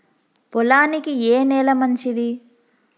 పొలానికి ఏ నేల మంచిది?